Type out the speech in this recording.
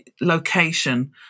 location